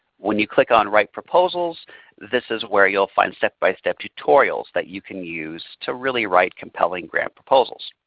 when you click on write proposals this is where you will find step-by-step tutorials that you can use to really write compelling grant proposals.